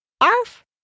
Arf